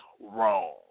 wrong